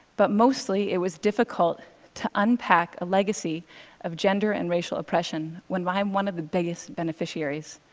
but mostly it was difficult to unpack a legacy of gender and racial oppression when but i am one of the biggest beneficiaries.